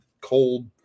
cold